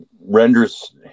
renders